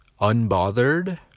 Unbothered